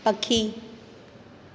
पखी